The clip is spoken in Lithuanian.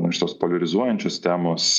na iš tos poliarizuojančios temos